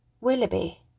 Willoughby